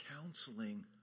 counseling